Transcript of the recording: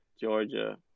Georgia